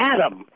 Adam